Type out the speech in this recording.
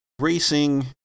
racing